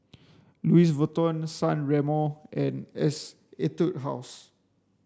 Louis Vuitton San Remo and Etude House